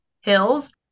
hills